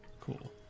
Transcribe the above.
Cool